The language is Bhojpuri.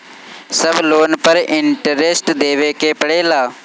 सब लोन पर इन्टरेस्ट देवे के पड़ेला?